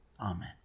amen